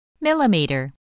Millimeter